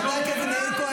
גזען.